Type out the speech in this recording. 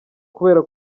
kubera